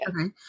Okay